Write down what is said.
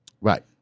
Right